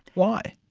why?